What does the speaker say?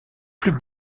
plus